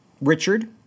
Richard